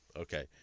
Okay